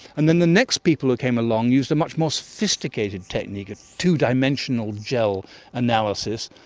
and then the next people who came along used a much more sophisticated technique, a two-dimensional gel analysis,